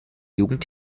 jugend